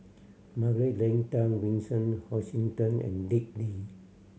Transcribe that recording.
Margaret Leng Tan Vincent Hoisington and Dick Lee